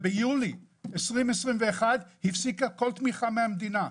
ביולי 2021 הפסיקה התמיכה מהמדינה,